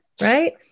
Right